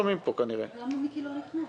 למה מיקי לא נכנס?